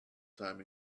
time